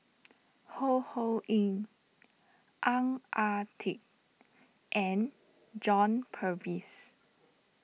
Ho Ho Ying Ang Ah Tee and John Purvis